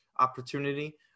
opportunity